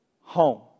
home